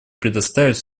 предоставить